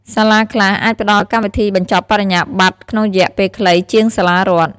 សាលាខ្លះអាចផ្ដល់កម្មវិធីបញ្ចប់បរិញ្ញាបត្រក្នុងរយៈពេលខ្លីជាងសាលារដ្ឋ។